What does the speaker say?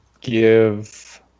give